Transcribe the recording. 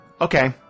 Okay